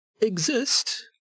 exist